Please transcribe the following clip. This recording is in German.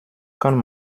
kann